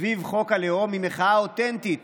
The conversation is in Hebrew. סביב חוק הלאום היא מחאה אותנטית